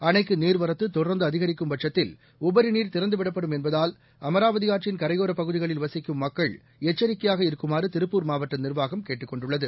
அணைக்குநீர்வரத்துதொடர்ந்துஅதிகரிக்கும் பட்கத்தில் உபரிநீர் திறந்துவிடப்படும் என்பதால் அமராவதிஆற்றின் கரைபோரப் பகுதிகளில் வசிக்கும் மக்கள் எக்சரிக்கையாக இருக்குமாறதிருப்பூர் மாவட்டநிர்வாகம் கேட்டுக் கொண்டுள்ளது